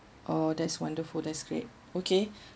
oh that's wonderful that's great okay